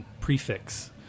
prefix